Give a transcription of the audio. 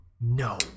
No